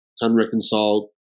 unreconciled